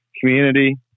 community